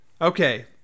Okay